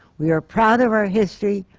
we are proud of our history,